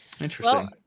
Interesting